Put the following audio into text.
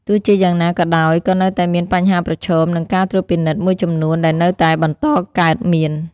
ទោះជាយ៉ាងណាក៏ដោយ ក៏នៅតែមានបញ្ហាប្រឈម និងការត្រួតពិនិត្យមួយចំនួនដែលនៅតែបន្តកើតមាន។